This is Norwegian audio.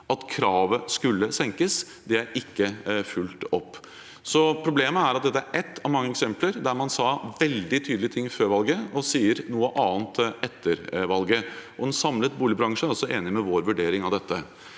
at kravet skulle senkes. Det er ikke fulgt opp. Problemet er at dette er ett av mange eksempler på at man sa veldig tydelige ting før valget og sier noe annet etter valget. En samlet boligbransje er altså enig i vår vurdering av dette.